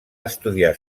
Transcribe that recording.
estudiar